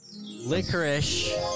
Licorice